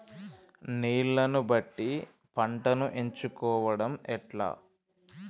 నీళ్లని బట్టి పంటను ఎంచుకోవడం ఎట్లా?